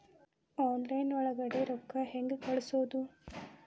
Online ಒಳಗಡೆ ರೊಕ್ಕ ಹೆಂಗ್ ಕಳುಹಿಸುವುದು?